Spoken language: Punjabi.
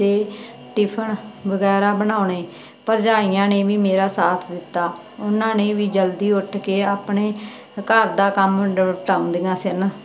ਅਤੇ ਟਿਫਨ ਵਗੈਰਾ ਬਣਾਉਣੇ ਭਰਜਾਈਆਂ ਨੇ ਵੀ ਮੇਰਾ ਸਾਥ ਦਿੱਤਾ ਉਹਨਾਂ ਨੇ ਵੀ ਜਲਦੀ ਉੱਠ ਕੇ ਆਪਣੇ ਘਰ ਦਾ ਕੰਮ ਨਿਪਟਾਉਂਦੀਆਂ ਸਨ